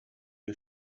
wir